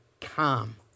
calm